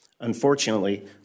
Unfortunately